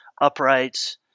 uprights